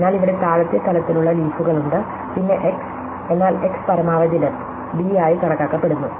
അതിനാൽ ഇവിടെ താഴത്തെ തലത്തിലുള്ള ലീഫുകൾ ഉണ്ട് പിന്നെ x എന്നാൽ x പരമാവധി ഡെപ്ത് d ആയി കണക്കാക്കപ്പെടുന്നു